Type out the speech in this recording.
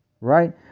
Right